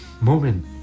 moment